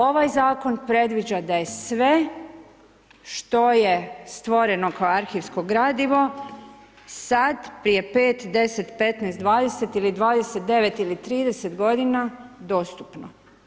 Ovaj zakon predviđa da je sve što je stvoreno kao arhivsko gradivo, sad prije 5, 10, 15, 20 ili 29 ili 30 g. dostupno.